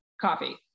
Coffee